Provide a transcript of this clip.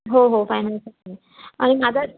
हो हो फायनलसाठी आणि माझा